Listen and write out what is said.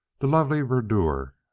the lovely verdure,